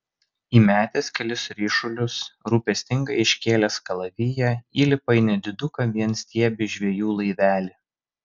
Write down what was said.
įmetęs kelis ryšulius rūpestingai iškėlęs kalaviją įlipa į nediduką vienstiebį žvejų laivelį